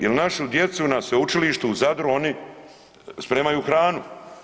Jel našu djecu na Sveučilištu u Zadru oni spremaju hranu.